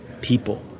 people